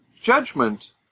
Judgment